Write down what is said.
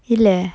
இல்ல:illa